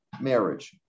marriage